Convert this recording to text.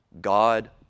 God